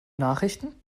nachrichten